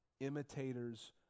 imitators